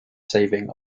saving